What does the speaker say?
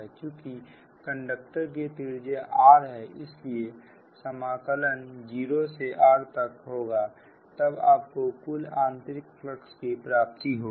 चुकी कंडक्टर की त्रिज्या r है इसलिए समाकलन 0 से r तक होगा तब आपको कुल आंतरिक फ्लक्स की प्राप्ति होगी